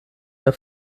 der